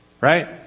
Right